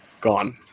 Gone